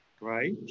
right